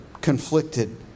Conflicted